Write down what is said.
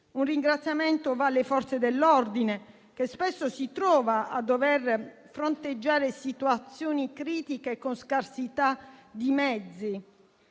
Un ringraziamento va alle Forze dell'ordine, che spesso si trovano a dover fronteggiare situazioni critiche con scarsità di mezzi,